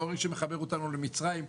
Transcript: עורק שמחבר אותנו למצרים,